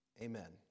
Amen